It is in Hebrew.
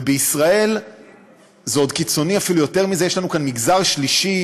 ובישראל זה עוד קיצוני אפילו יותר מזה: יש לנו כאן מגזר שלישי,